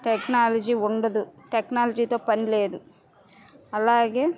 technology ఉండదు టెక్నాలజీతో పనిలేదు అలాగే